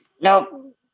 Nope